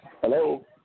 Hello